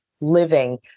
living